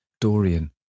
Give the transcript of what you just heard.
Dorian